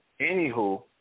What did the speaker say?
Anywho